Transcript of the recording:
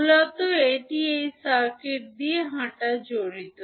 মূলত এটি এই সার্কিট দিয়ে হাঁটা জড়িত